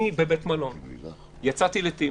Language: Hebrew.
אני מתארח בבית מלון ויצאתי לתמנע.